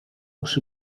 przy